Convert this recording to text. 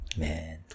man